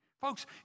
Folks